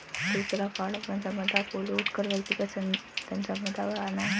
दूसरा कारण वन संपदा को लूट कर व्यक्तिगत धनसंपदा बढ़ाना है